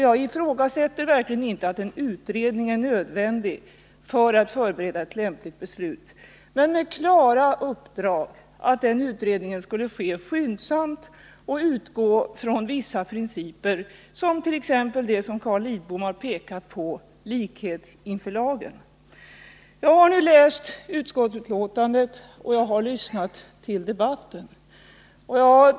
Jag ifrågasätter verkligen inte att en utredning är nödvändig för att förbereda ett lämpligt beslut, men det borde ha angivits klart att den utredningen skulle ske skyndsamt och att man skulle utgå från vissa principer, som t.ex. det som Carl Lidbom har pekat på — likhet inför lagen. Jag har nu läst utskottsbetänkandet, och jag har lyssnat till debatten.